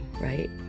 right